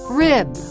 rib